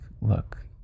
look